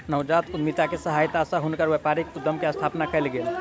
नवजात उद्यमिता के सहायता सॅ हुनकर व्यापारिक उद्यम के स्थापना कयल गेल